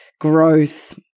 growth